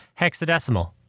Hexadecimal